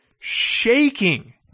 shaking